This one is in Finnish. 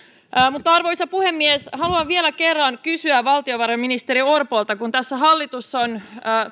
mutta arvoisa puhemies haluan vielä kerran kysyä valtiovarainministeri orpolta kun tässä hallitus on